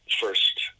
first